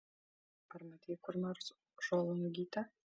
ar matei kur nors žolungytę